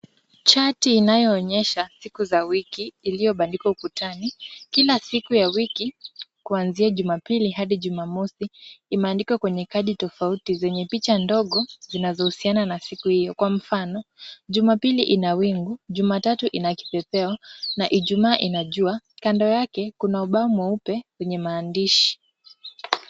Chati inayoonyesha siku za wiki iliyobandikwa ukutani. Kila siku ya wiki kuanzia jumapili hadi jumamosi imeandikwa kwenye kadi tofauti zenye picha ndogo zinazohusiana na siku hiyo kwa mfano, Jumpili ina wingu, Jumatatu ina kipepeo na Ijumaa ina jua. Kando yake kuna ubao mweupe wenye maandishi.